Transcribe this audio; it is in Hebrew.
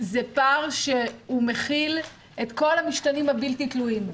זה פער שהוא מכיל את כל המשתנים הבלתי תלויים.